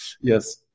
Yes